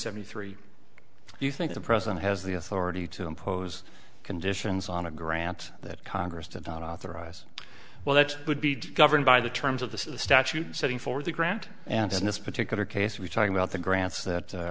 seventy three do you think the president has the authority to impose conditions on a grant that congress did not authorize well that would be governed by the terms of this is the statute setting for the ground and in this particular case we're talking about the grants that a